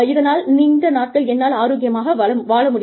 இதனால் நீண்ட நாட்கள் என்னால் ஆரோக்கியமாக வாழ முடியும்